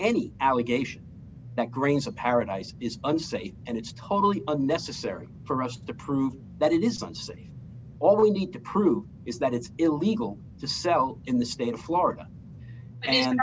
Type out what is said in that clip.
any allegation that grains of paradise is unsafe and it's totally unnecessary for us to prove that it is muncy all we need to prove is that it's illegal to sell in the state of florida and